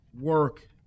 work